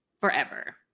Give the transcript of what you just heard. forever